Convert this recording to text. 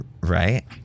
Right